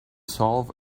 solve